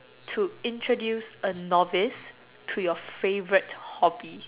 to introduce a novice to your favourite hobby